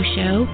Show